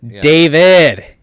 David